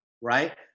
right